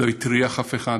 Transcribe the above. לא הטריח אף אחד,